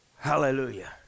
hallelujah